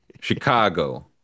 Chicago